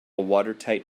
watertight